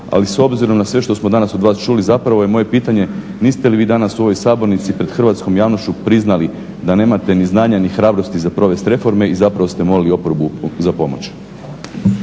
ali s obzirom na sve što smo danas od vas čuli zapravo je moje pitanje, niste li vi danas u ovoj sabornici pred hrvatskom javnošću priznali da nemate ni znanja ni hrabrosti za provesti reforme i zapravo ste molili oporbu za pomoć.